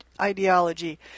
ideology